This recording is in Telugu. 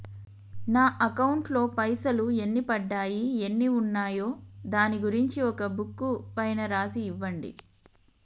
నా అకౌంట్ లో పైసలు ఎన్ని పడ్డాయి ఎన్ని ఉన్నాయో దాని గురించి ఒక బుక్కు పైన రాసి ఇవ్వండి?